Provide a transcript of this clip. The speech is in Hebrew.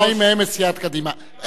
שניים מהם מסיעת קדימה.